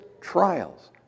Trials